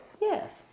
Yes